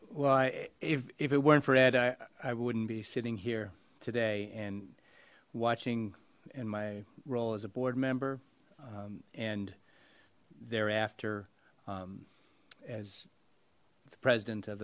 well i if if it weren't for ed i i wouldn't be sitting here today and watching in my role as a board member and thereafter um as the president of